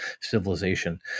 civilization